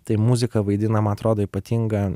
tai muzika vaidina ma atrodo ypatingą